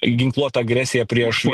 ginkluota agresija prieš